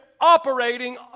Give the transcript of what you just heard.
operating